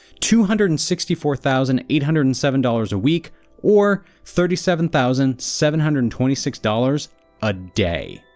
two hundred and sixty four thousand eight hundred and seven dollars a week or thirty seven thousand seven hundred and twenty six dollars a day.